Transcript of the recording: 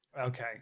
Okay